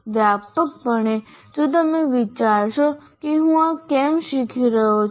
વ્યાપકપણે જો તમે વિચારશો કે હું આ કેમ શીખી રહ્યો છું